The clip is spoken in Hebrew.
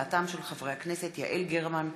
בהצעתם של חברי הכנסת יעל גרמן,